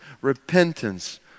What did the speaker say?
repentance